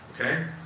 okay